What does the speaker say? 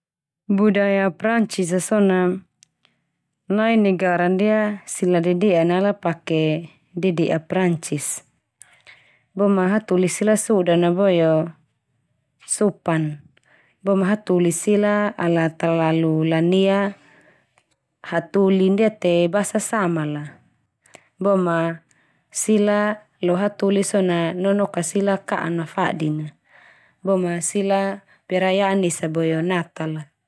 Budaya Prancis a so na nai negara ndia sila dede'a na ala pake dede'a Prancis. Bo ma hatoli sila sodan na boe o sopan, bo ma hatoli sila ala talalu lanea hatoli ndia te basas samal la. Bo ma sila lo hatoli so na nonok ka sila ka'an ma fadin na. Boe ma sila perayaan esa boe o Natal a.